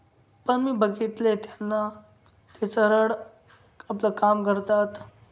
पण मी बघितलं आहे त्यांना ते सरळ आपलं काम करतात